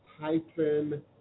hyphen